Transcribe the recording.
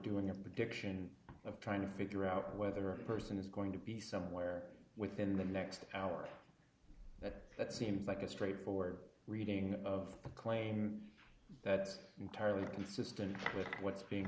of trying to figure out whether a person is going to be somewhere within the next hour but that seems like a straightforward reading of a claim that's entirely consistent with what's being